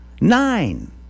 Nine